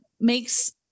makes